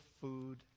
food